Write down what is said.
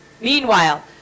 Meanwhile